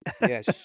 yes